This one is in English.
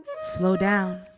slow down.